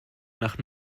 nach